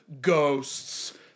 ghosts